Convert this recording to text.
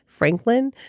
Franklin